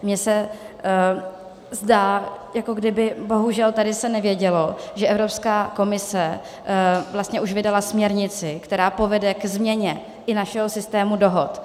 Mně se zdá, jako kdyby se bohužel tady nevědělo, že Evropská komise vlastně už vydala směrnici, která povede ke změně našeho systému dohod.